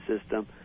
system